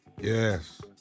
Yes